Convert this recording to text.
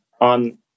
on